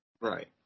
Right